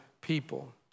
people